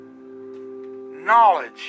Knowledge